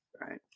Right